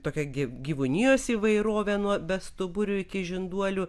tokia gi gyvūnijos įvairove nuo bestuburių iki žinduolių